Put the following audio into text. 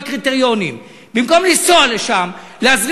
בוועדת הכספים לא יעבור